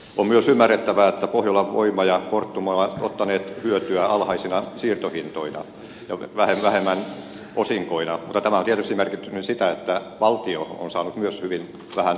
on myös ymmärrettävää että pohjolan voima ja fortum ovat ottaneet hyötyä alhaisina siirtohintoina ja vähemmän osinkoina mutta tämä on tietysti merkinnyt sitä että valtio on saanut myös hyvin vähän osinkoja omistajana